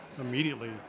immediately